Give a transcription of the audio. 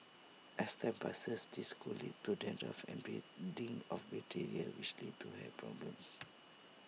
as time passes this could lead to dandruff and breeding of bacteria which leads to hair problems